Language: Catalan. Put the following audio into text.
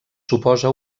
suposa